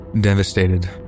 Devastated